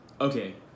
Okay